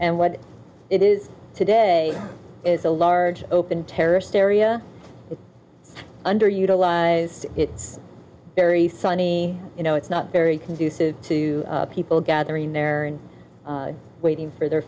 and what it is today is a large open terrorist area it's under utilized it's very sunny you know it's not very conducive to people gathering there waiting for their